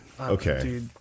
Okay